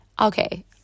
Okay